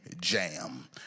jam